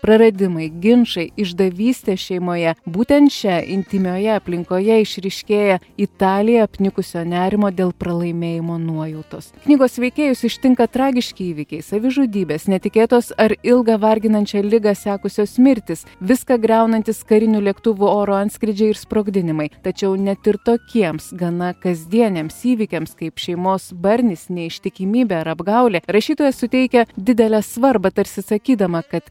praradimai ginčai išdavystė šeimoje būtent čia intymioje aplinkoje išryškėja italiją apnikusio nerimo dėl pralaimėjimo nuojautos knygos veikėjus ištinka tragiški įvykiai savižudybės netikėtos ar ilgą varginančią ligą sekusios mirtis viską griaunantys karinių lėktuvų oro antskrydžiai ir sprogdinimai tačiau net ir tokiems gana kasdieniams įvykiams kaip šeimos barnis neištikimybė ar apgaulė rašytoja suteikia didelę svarbą tarsi sakydama kad